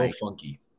funky